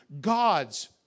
God's